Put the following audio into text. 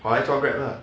跑来做 Grab lah